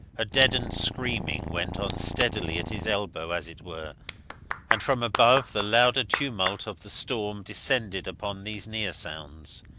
a deadened screaming went on steadily at his elbow, as it were and from above the louder tumult of the storm descended upon these near sounds.